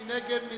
מי נגד?